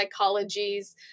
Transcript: psychologies